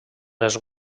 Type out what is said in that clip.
les